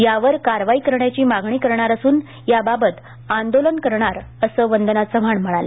यावर कारवाई करण्याची मागणी कारणार असून याबाबत आंदोलन कारणार असं वंदना चव्हाण म्हणाल्या